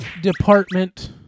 department